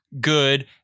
good